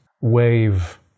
wave